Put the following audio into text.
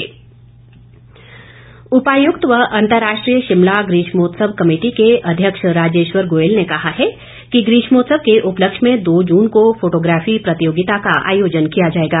DC Shimla उपायुक्त व अंतर्राष्ट्रीय शिमला ग्रीष्मोत्सव कमेटी के अध्यक्ष राजेश्वर गोयल ने कहा है कि ग्रीष्मोत्सव के उपलक्ष्य में दो जून को फोटोग्राफी प्रतियोगिता का आयोजन किया जाएगा